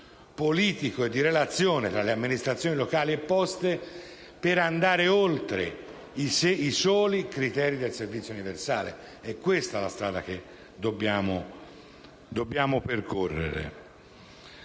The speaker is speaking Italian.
politico e di relazione tra le amministrazioni locali e Poste per andare oltre i soli criteri del servizio universale: questa è la strada che dobbiamo percorrere.